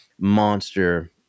monster